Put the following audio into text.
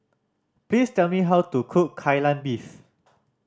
please tell me how to cook Kai Lan Beef